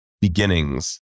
beginnings